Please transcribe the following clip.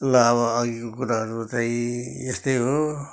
ल अब अघिको कुराहरू चाहिँ यस्तै हो